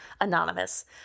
anonymous